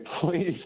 please